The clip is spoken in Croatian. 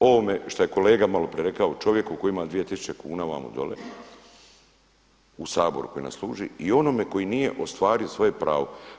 ovome što je kolega malo prije rekao, čovjeku koji ima dvije tisuće kuna vamo dole u Saboru koji nas služi i onome koji nije ostvario svoje pravo.